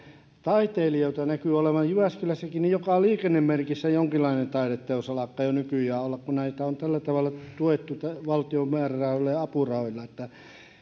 taiteilijoita näkyy olevan jyväskylässäkin joka liikennemerkissä jonkinlainen taideteos alkaa jo nykyjään olla kun näitä on tällä tavalla tuettu valtion määrärahoilla ja apurahoilla